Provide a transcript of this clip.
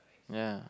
ya